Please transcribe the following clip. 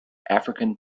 african